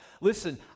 Listen